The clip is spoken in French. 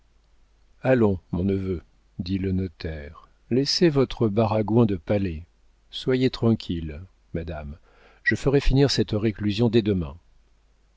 allons mon neveu dit le notaire laissez votre baragouin de palais soyez tranquille madame je ferai finir cette réclusion dès demain